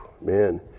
man